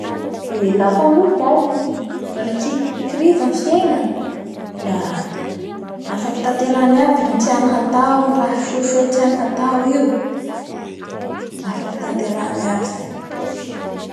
Lafa ny olo zay mana fi- fikiriza amin'ny fiegna, la afaky taterahany aby ny tiany hatao, gny raha sosoa tiany hatao io. Afaky tanterahany aby zany.